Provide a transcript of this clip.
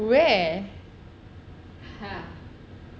where